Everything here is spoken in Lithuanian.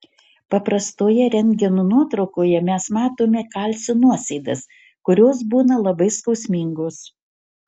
paprastoje rentgeno nuotraukoje mes matome kalcio nuosėdas kurios būna labai skausmingos